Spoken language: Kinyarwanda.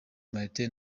martin